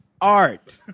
Art